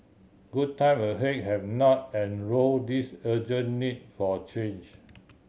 good time ahead have not erodes urgent need for change